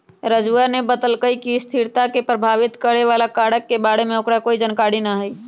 राजूवा ने बतल कई कि स्थिरता के प्रभावित करे वाला कारक के बारे में ओकरा कोई जानकारी ना हई